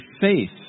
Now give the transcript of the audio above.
faith